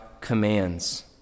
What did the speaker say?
commands